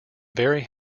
very